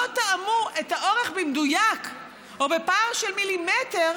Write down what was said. תאמו את האורך במדויק או בפער של מילימטר,